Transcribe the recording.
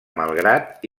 malgrat